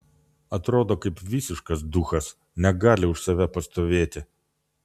atrodo kaip visiškas duchas negali už save pastovėti